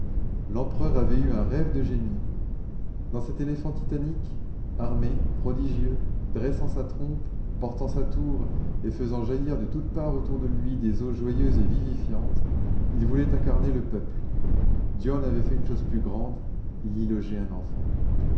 l'empereur avait eu un rêve de génie dans cet éléphant titanique armé prodigieux dressant sa trompe portant sa tour et faisant jaillir de toutes parts autour de lui des eaux joyeuses et vivifiantes il voulait incarner le peuple dieu en avait fait une chose plus grande il y logeait un enfant